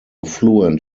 fluent